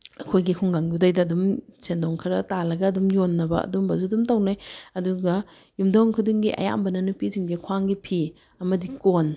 ꯑꯩꯈꯣꯏꯒꯤ ꯈꯨꯡꯒꯪꯗꯨꯗꯩꯗ ꯑꯗꯨꯝ ꯁꯦꯟꯗꯣꯡ ꯈꯔ ꯇꯥꯜꯂꯒ ꯑꯗꯨꯝ ꯌꯣꯟꯅꯕ ꯑꯗꯨꯒꯨꯝꯕꯁꯨ ꯑꯗꯨꯝ ꯇꯧꯅꯩ ꯑꯗꯨꯒ ꯌꯨꯝꯊꯣꯡ ꯈꯨꯗꯤꯡꯒꯤ ꯑꯌꯥꯝꯕꯅ ꯅꯨꯄꯤꯁꯤꯡꯁꯦ ꯈ꯭ꯋꯥꯡꯒꯤ ꯐꯤ ꯑꯃꯗꯤ ꯀꯣꯟ